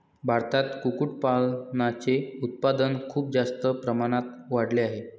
भारतात कुक्कुटपालनाचे उत्पादन खूप जास्त प्रमाणात वाढले आहे